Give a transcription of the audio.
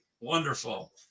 Wonderful